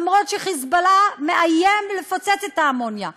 למרות ש"חיזבאללה" מאיים לפוצץ את האמוניה.